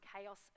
chaos